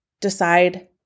decide